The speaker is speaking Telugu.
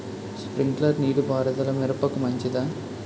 స్ప్రింక్లర్ నీటిపారుదల మిరపకు మంచిదా?